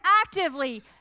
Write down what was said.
actively